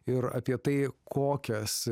ir apie tai kokias